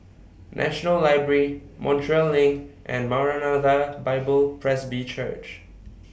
National Library Montreal LINK and Maranatha Bible Presby Church